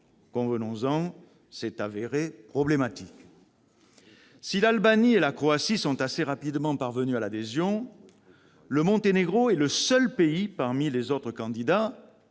convenons-en, s'est avérée problématique. Si l'Albanie et la Croatie sont assez rapidement parvenues à l'adhésion, le Monténégro est aujourd'hui le seul pays parmi les autres candidats-